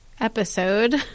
episode